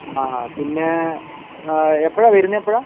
ആ പിന്നേ എപ്പോഴാണ് വരുന്നത് എപ്പോഴാണ്